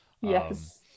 Yes